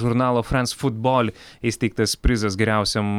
žurnalo frens futbol įsteigtas prizas geriausiam